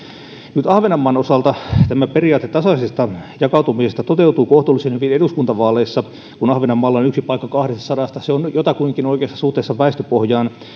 nyt ahvenanmaan osalta tämä periaate tasaisesta jakautumisesta toteutuu kohtuullisen hyvin eduskuntavaaleissa kun ahvenanmaalla on yksi paikka kahdestasadasta se on jotakuinkin oikeassa suhteessa väestöpohjaan